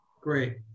great